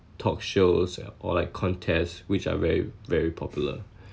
talk shows or like contests which are very very popular